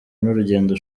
n’urugendo